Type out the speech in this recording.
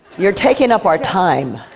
you're taking up our time.